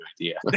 idea